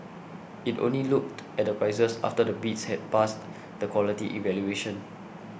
it only looked at the prices after the bids had passed the quality evaluation